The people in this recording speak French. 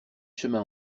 chemin